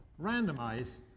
randomize